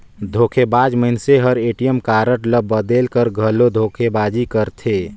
धोखेबाज मइनसे हर ए.टी.एम कारड ल बलेद कर घलो धोखेबाजी करथे